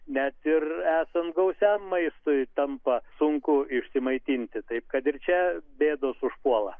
net ir esant gausiam maistui tampa sunku išsimaitinti taip kad ir čia bėdos užpuola